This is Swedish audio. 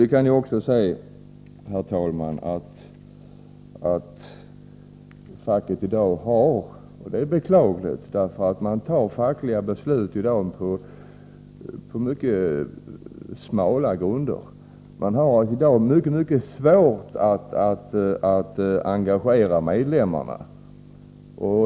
Vi kan också se, herr talman, att facket i dag f. n. har — vilket är beklagligt, eftersom man i dag fattar fackliga beslut på mycket smala grunder — mycket svårt att engagera medlemmarna.